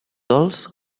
dolç